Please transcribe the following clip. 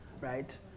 right